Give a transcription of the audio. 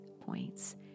points